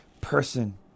person